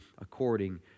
according